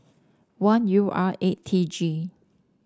one U R eight T G